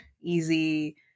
easy